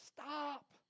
stop